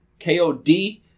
KOD